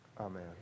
Amen